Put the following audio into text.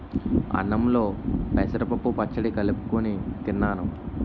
అన్నంలో పెసరపప్పు పచ్చడి కలుపుకొని తిన్నాను